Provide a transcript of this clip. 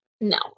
No